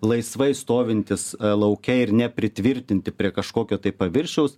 laisvai stovintys lauke ir nepritvirtinti prie kažkokio paviršiaus